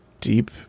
deep